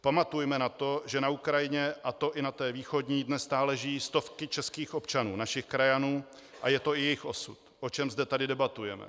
Pamatujme na to, že na Ukrajině, a to i na té východní, dnes stále žijí stovky českých občanů, našich krajanů, a je to i jejich osud, o čem zde debatujeme.